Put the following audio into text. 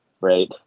right